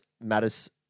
matters